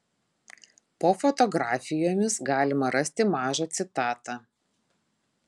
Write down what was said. po fotografijomis galima rasti mažą citatą